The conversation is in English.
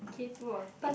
k two or eh